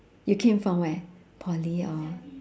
you came from where poly or